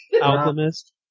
Alchemist